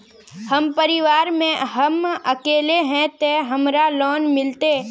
हम परिवार में हम अकेले है ते हमरा लोन मिलते?